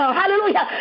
hallelujah